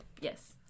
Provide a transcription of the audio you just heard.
Yes